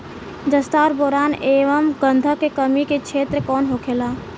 जस्ता और बोरान एंव गंधक के कमी के क्षेत्र कौन होखेला?